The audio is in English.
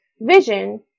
vision